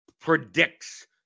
predicts